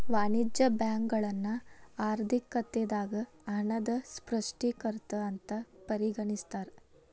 ವಾಣಿಜ್ಯ ಬ್ಯಾಂಕುಗಳನ್ನ ಆರ್ಥಿಕತೆದಾಗ ಹಣದ ಸೃಷ್ಟಿಕರ್ತ ಅಂತ ಪರಿಗಣಿಸ್ತಾರ